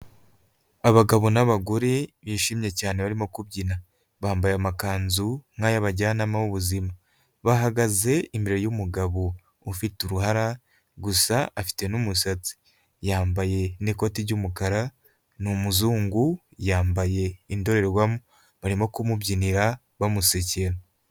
Abagabo n'abagore bishimye cyane, barimo kubyina, bambaye amakanzu nk'ay'abajyanama b'ubuzima. Bahagaze imbere y'umugabo ufite uruhara, gusa afite n'umusatsi. Yambaye n'ikoti ry'umukara, ni umuzungu, yambaye indorerwamo. Barimo kumubyinira, bamusekera.